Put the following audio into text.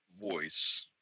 voice